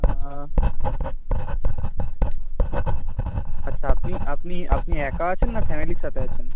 হ্যাঁ আচ্ছা আপনি আপনি আপনি একা আছেন না ফ্যামিলির সাথে আছেন